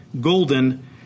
golden